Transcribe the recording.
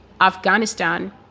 Afghanistan